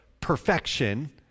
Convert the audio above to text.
perfection